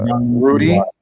Rudy